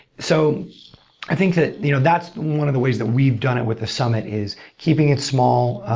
so i think that you know that's one of the ways that we've done it with the summit is keeping it small.